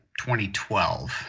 2012